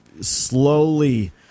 slowly